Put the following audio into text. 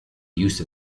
use